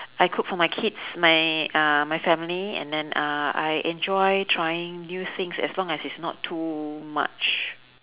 I cook for my kids my uh my family and then uh I enjoy trying new things as long it's not too much